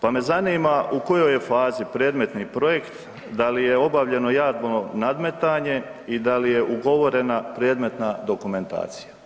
Pa me zanima u kojoj je fazi predmetni projekt, da li je obavljeno javno nadmetanje i da li je ugovorena predmetna dokumentacija?